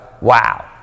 wow